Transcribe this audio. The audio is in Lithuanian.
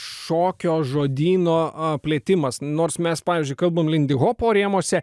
šokio žodyno a plėtimas nors mes pavyzdžiui kalbam lindihopo rėmuose